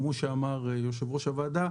כמו שאמר יושב-ראש הוועדה,